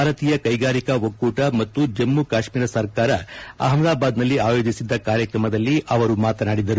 ಭಾರತೀಯ ಕ್ಟೆಗಾರಿಕಾ ಒಕ್ಕೂಟ ಮತ್ತು ಜಮ್ನು ಕಾಶ್ಮೀರ ಸರ್ಕಾರ ಅಹಮದಾಬಾದ್ನಲ್ಲಿ ಆಯೋಜಿಸಿದ್ದ ಕಾರ್ಯಕ್ರಮದಲ್ಲಿ ಅವರು ಮಾತನಾಡಿದರು